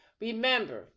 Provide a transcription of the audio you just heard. Remember